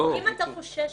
אם אתה חושש,